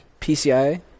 PCI